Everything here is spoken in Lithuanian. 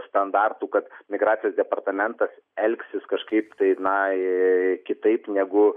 standartų kad migracijos departamentas elgsis kažkaip tai na ee kitaip negu